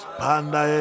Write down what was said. panda